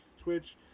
Twitch